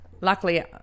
Luckily